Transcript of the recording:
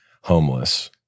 homeless